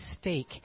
stake